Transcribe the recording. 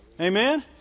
Amen